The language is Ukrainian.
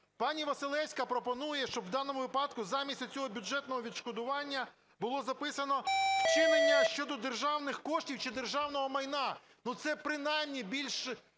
Пані Василевська пропонує, щоб в даному випадку замість оцього "бюджетного відшкодування" було записано "вчинення щодо державних коштів чи державного майна".